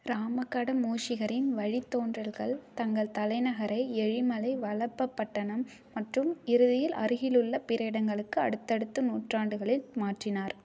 இராமகட மூஷிகரின் வழித்தோன்றல்கள் தங்கள் தலைநகரை எழிமலை வலைப்பபட்டணம் மற்றும் இறுதியில் அருகிலுள்ள பிற இடங்களுக்கு அடுத்தடுத்த நூற்றாண்டுகளில் மாற்றினார்